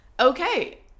Okay